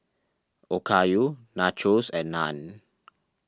Okayu Nachos and Naan